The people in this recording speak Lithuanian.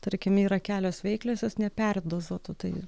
tarkim yra kelios veikliosios neperdozuotų tai